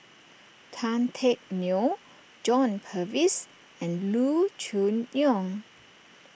Tan Teck Neo John Purvis and Loo Choon Yong